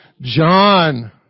John